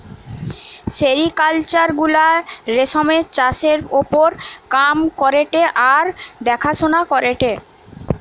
sericulture গুলা রেশমের চাষের ওপর কাম করেটে আর দেখাশোনা করেটে